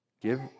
Give